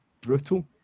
brutal